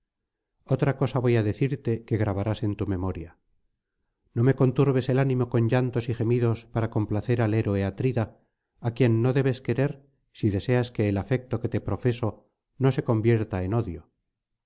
otra cosa voy á decirte que grabarás en tu memoria no me conturbes el ánimo con llanto y gemidos para complacer al héroe atrida á quien no debes querer si deseas que el afecto que te profeso no se convierta en odio